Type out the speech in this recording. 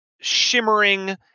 shimmering